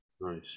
Nice